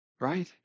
right